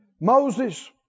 Moses